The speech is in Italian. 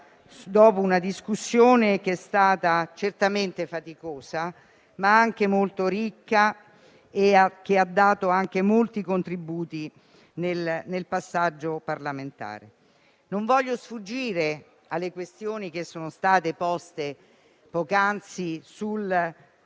dopo una discussione che è stata certamente faticosa, ma anche molto ricca e ha dato anche molti contributi nel passaggio parlamentare. Non voglio sfuggire alle questioni che sono state poste poc'anzi, che hanno